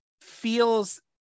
feels